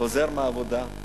חוזר מהעבודה,